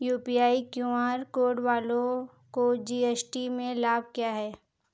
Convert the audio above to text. UPI QR code वालों को GST में लाभ क्या है?